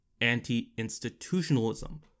anti-institutionalism